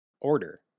order